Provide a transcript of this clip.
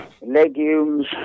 legumes